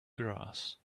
grass